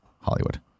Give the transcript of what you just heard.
Hollywood